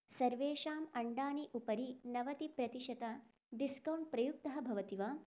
सर्वेषाम् अण्डानाम् उपरि नवतिप्रतिशतं डिस्कौण्ट् प्रयुक्तं भवति वा